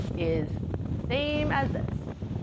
is the same as this,